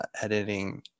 editing